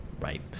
Right